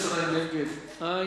בעד, 16, נגד, אין,